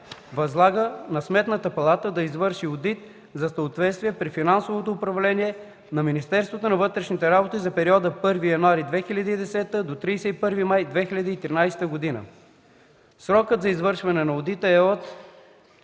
Възлага на Сметната палата да извърши одит за съответствие при финансовото управление на Министерство на вътрешните работи за периода от 1 януари 2010 г. до 31 май 2013 г. 2. Срокът за извършване на одита е от